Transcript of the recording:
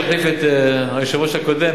יחליף את היושב-ראש הקודם,